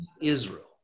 Israel